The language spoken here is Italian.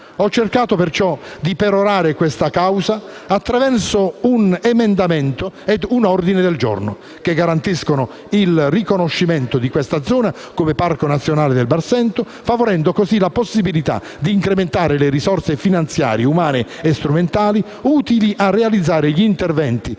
Ho cercato perciò di perorare questa causa attraverso un emendamento e un ordine del giorno, che garantiscano il riconoscimento di questa zona come Parco nazionale del Barsento, favorendo così la possibilità di incrementare le risorse finanziarie, umane e strumentali, utili a realizzare gli interventi